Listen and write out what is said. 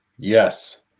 Yes